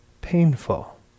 Painful